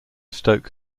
stoke